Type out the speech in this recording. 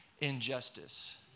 injustice